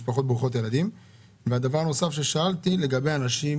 משפחות ברוכות ילדים והדבר הנוסף ששאלתי לגבי אנשים